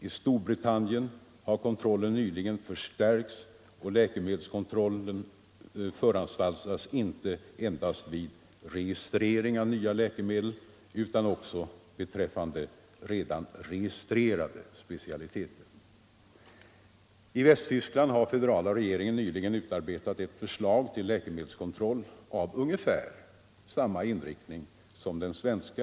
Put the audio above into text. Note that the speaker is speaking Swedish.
I Storbritannien har kontrollen nyligen förstärkts, och läkemedelskontroll föranstaltas inte endast vid registrering av nya läkemedel utan också beträffande redan registrerade specialiteter. I Västtyskland har den federala regeringen nyligen utarbetat ett förslag till läkemedelskontroll med ungefär samma inriktning som den svenska.